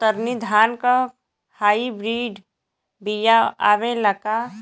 कतरनी धान क hybrid बिया आवेला का?